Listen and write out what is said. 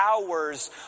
hours